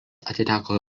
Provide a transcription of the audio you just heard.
atiteko